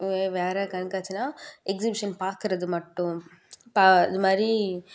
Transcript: வேறு கண்காட்சினா எக்ஸிபிஸன் பாக்கிறது மட்டும் இது மாதிரி